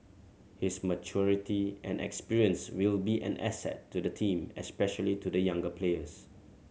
his maturity and experience will be an asset to the team especially to the younger players